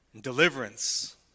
deliverance